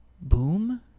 boom